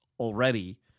already